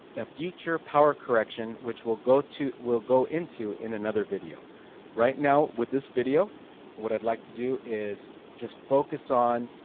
a future power correction, which we'll go to we'll go into in another video right now with this video what i'd like to do is just focus on